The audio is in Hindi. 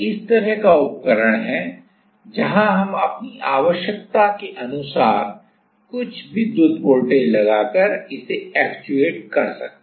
क्योंकि हमारी पुल इन फिनोमिना से हम जानते हैं कि यह सब्सट्रेट पर बिना टकराए अधिकतम अंतर d बटा 3 हो सकता है